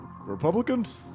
Republicans